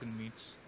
meats